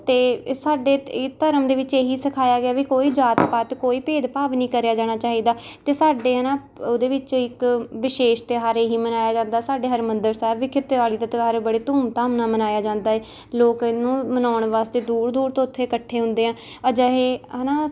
ਅਤੇ ਸਾਡੇ ਇ ਧਰਮ ਦੇ ਵਿੱਚ ਇਹੀ ਸਿਖਾਇਆ ਗਿਆ ਵੀ ਕੋਈ ਜਾਤ ਪਾਤ ਕੋਈ ਭੇਦ ਭਾਵ ਨਹੀਂ ਕਰਿਆ ਜਾਣਾ ਚਾਹੀਦਾ ਅਤੇ ਸਾਡੇ ਹੈ ਨਾ ਉਹਦੇ ਵਿੱਚ ਇੱਕ ਵਿਸ਼ੇਸ਼ ਤਿਉਹਾਰ ਇਹ ਹੀ ਮਨਾਇਆ ਜਾ ਸਾਡੇ ਹਰਿਮੰਦਰ ਸਾਹਿਬ ਵਿਖੇ ਦਿਵਾਲੀ ਦਾ ਤਿਉਹਾਰ ਬੜੇ ਧੂਮਧਾਮ ਨਾਲ ਮਨਾਇਆ ਜਾਂਦਾ ਏ ਲੋਕ ਇਹਨੂੰ ਮਨਾਉਣ ਵਾਸਤੇ ਦੂਰ ਦੂਰ ਤੋਂ ਉੱਥੇ ਇੱਕਠੇ ਹੁੰਦੇ ਹੈ ਅਜਿਹੇ ਹੈ ਨਾ